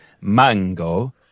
mango